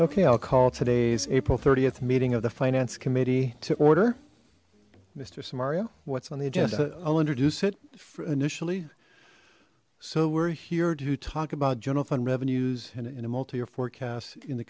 okay i'll call today's april thirtieth meeting of the finance committee to order mister samari oh what's on the adjust all introduce it initially so we're here to talk about general fund revenues in a multi or forecast in the